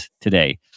today